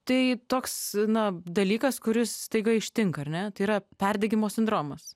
tai toks na dalykas kuris staiga ištinka ar ne tai yra perdegimo sindromas